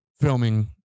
filming